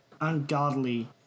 Ungodly